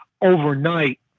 overnight